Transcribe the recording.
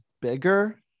bigger